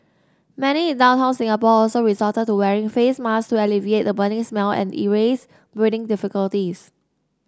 many in downtown Singapore also resorted to wearing face masks to alleviate the burning smell and erase breathing difficulties